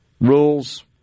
rules